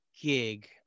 gig